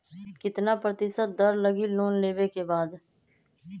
कितना प्रतिशत दर लगी लोन लेबे के बाद?